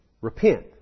Repent